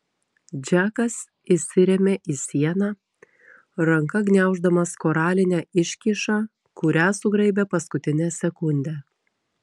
džekas įsirėmė į sieną ranka gniauždamas koralinę iškyšą kurią sugraibė paskutinę sekundę